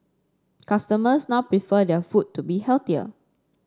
customers now prefer their food to be healthier